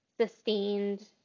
sustained